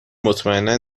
مطمئنا